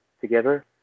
together